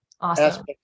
Awesome